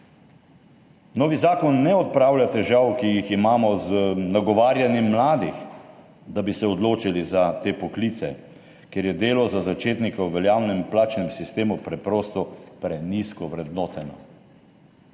Novi zakon ne odpravlja težav, ki jih imamo z nagovarjanjem mladih, da bi se odločili za te poklice, ker je delo za začetnika v veljavnem plačnem sistemu preprosto prenizko ovrednoteno.